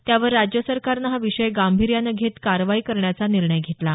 त्यावर राज्य सरकारनं हा विषय गांभीर्यानं घेत कारवाई करण्याचा निर्णय घेतला आहे